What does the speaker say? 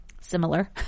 similar